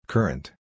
Current